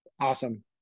Awesome